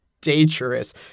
dangerous